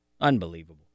Unbelievable